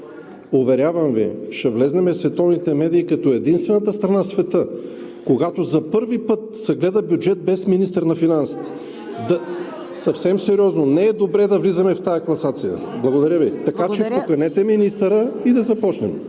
Уверявам Ви, че ще влезем в световните медии като единствената страна в света, когато за първи път се гледа бюджет без министър на финансите. (Шум и реплики от ГЕРБ.) Съвсем сериозно, не е добре да влизаме в тази класация. Благодаря Ви. Поканете министъра и да започнем.